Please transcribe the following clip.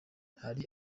hari